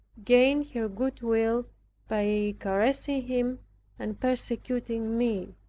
gained her goodwill by caressing him and persecuting me.